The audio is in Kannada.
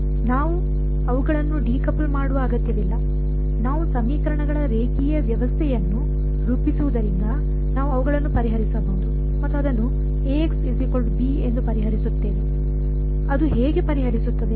ನಾವು ಅವುಗಳನ್ನು ಡಿಕೌಪಲ್ ಮಾಡುವ ಅಗತ್ಯವಿಲ್ಲ ನಾವು ಸಮೀಕರಣಗಳ ರೇಖೀಯ ವ್ಯವಸ್ಥೆಯನ್ನು ರೂಪಿಸುವುದರಿಂದ ನಾವು ಅವುಗಳನ್ನು ಪರಿಹರಿಸಬಹುದು ಮತ್ತು ಅದನ್ನು ಎಂದು ಪರಿಹರಿಸುತ್ತೇವೆ ಅದು ಹೇಗೆ ಪರಿಹರಿಸುತ್ತದೆ